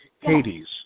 Hades